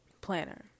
planner